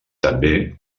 també